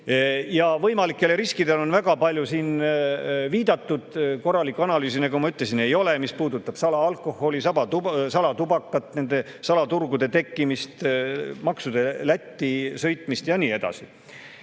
Ja võimalikele riskidele on väga palju siin viidatud. Korralikku analüüsi, nagu ma ütlesin, ei ole, mis puudutab salaalkoholi, salatubakat, nende salaturgude tekkimist, maksude Lätti sõitmist ja nii edasi.